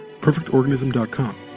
perfectorganism.com